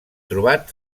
trobat